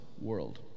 world